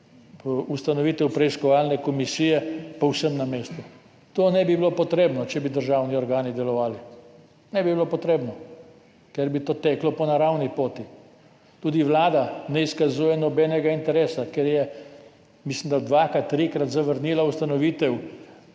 ustanovitev preiskovalne komisije, povsem na mestu. To ne bi bilo potrebno, če bi državni organi delovali, ne bi bilo potrebno, ker bi to teklo po naravni poti. Tudi vlada ne izkazuje nobenega interesa, ker je, mislim, da dvakrat, trikrat zavrnila ustanovitev